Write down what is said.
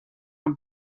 een